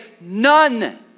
none